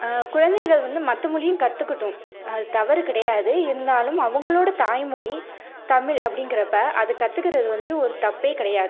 குழந்தைகள் வந்து மற்ற மொழியும் கற்றுக்கட்டும் அது தவறு கிடையாது இருந்தாலும் அவங்களோட தாய்மொழி தமிழ் அப்படிங்கறப்ப அது கற்றுக்குறது வந்து ஒரு தப்பே கிடையாது